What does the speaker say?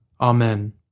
Amen